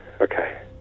Okay